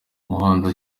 muhanzi